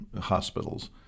hospitals